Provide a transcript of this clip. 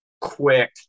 quick